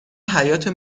حیاطه